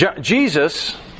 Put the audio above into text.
Jesus